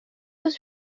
was